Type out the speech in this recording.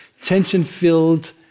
tension-filled